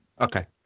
okay